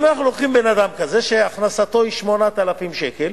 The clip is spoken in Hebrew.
אם אנחנו לוקחים אדם כזה שהכנסתו היא 8,000 שקל,